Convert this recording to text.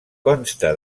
consta